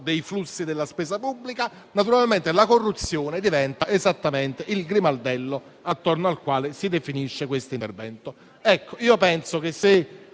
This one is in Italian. dei flussi della spesa pubblica. La corruzione è esattamente il grimaldello attorno al quale si definisce questo intervento.